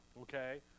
okay